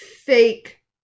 fake